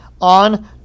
on